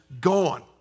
gone